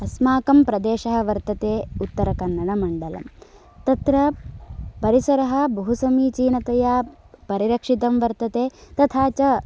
अस्माकं प्रदेशः वर्तते उत्तरकन्नडमण्डलम् तत्र परिसरः बहु समीचीनतया परिरक्षितं वर्तते तथा च